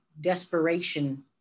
desperation